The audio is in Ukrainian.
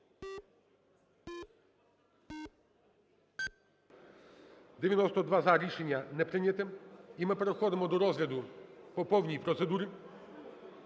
За-92 Рішення не прийняте. І ми переходимо до розгляду по повній процедурі.